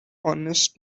honest